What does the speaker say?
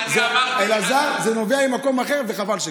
אני אמרתי, אלעזר, זה נובע ממקום אחר, וחבל שכך.